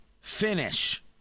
Finish